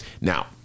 Now